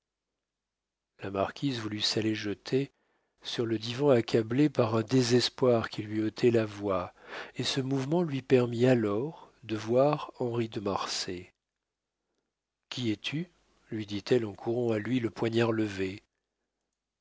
la marquise voulut s'aller jeter sur le divan accablée par un désespoir qui lui ôtait la voix et ce mouvement lui permit alors de voir henri de marsay qui es-tu lui dit-elle en courant à lui le poignard levé